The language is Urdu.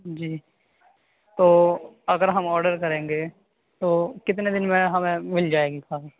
جی تو اگر ہم آرڈر کریں گے تو کتنے دن میں ہمیں مل جائے گی کار